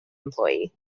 employee